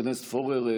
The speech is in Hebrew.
חבר הכנסת פורר,